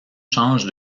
change